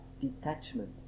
detachment